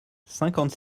cinquante